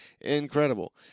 incredible